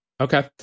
Okay